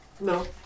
No